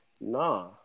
nah